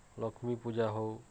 ଲକ୍ଷ୍ମୀ ପୂଜା ହଉ